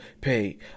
pay